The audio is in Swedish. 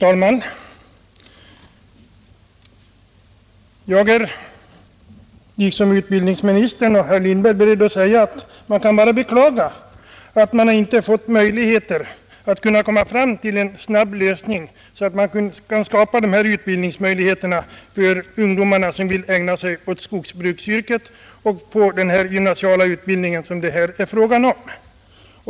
Herr talman! Liksom utbildningsministern och herr Lindberg vill jag beklaga att man inte kunnat nå fram till en snabb lösning så att man kunnat ge dessa ungdomar, som vill ägna sig åt skogsbruksyrket, möjligheter att få den gymnasiala utbildning det här är fråga om.